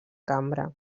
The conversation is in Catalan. cambra